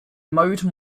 mode